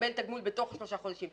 ולקבל תגמול בתוך השלושה חודשים.